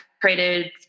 created